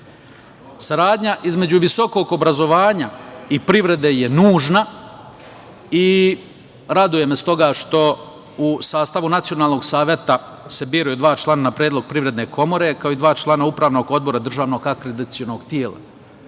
tržišta. Saradnja između visokog obrazovanja i privrede je nužna. Raduje me stoga što u sastavu Nacionalnog saveta se biraju dva člana na predlog Privredne komore, kao i dva člana Upravnog odbora državnog akreditacionog tela.